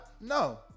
no